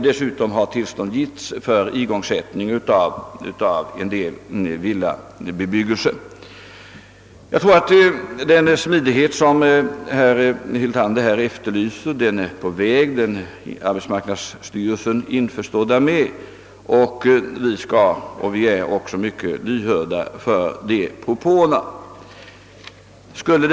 Dessutom har tillstånd meddelats för igångsättning av en del villabebyggelse. Den större smidighet som herr Hyltander efterlyste är också på väg, och man är införstådd med den saken i arbetsmarknadsstyrelsen. Även vi är mycket lyhörda för sådana propåer.